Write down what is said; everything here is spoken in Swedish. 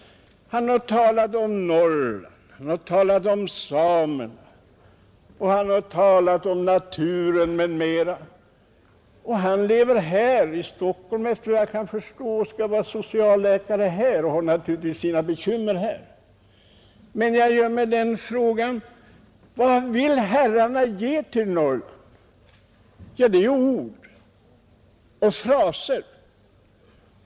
Han har talat om Norrland, han har talat om samerna, han har talat om naturen m.m., men han lever själv i Stockholm efter vad jag kan förstå och skall vara socialläkare här och har naturligtvis sina bekymmer här, Jag ställer mig frågan: Vad vill herrarna ge till Norrland annat än ord och fraser?